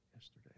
Yesterday